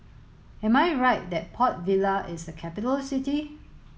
am I right that Port Vila is a capital city